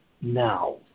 now